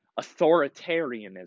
authoritarianism